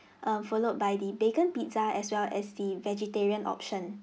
err followed by the bacon pizza as well as the vegetarian option